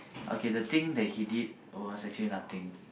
okay the thing that he did was actually nothing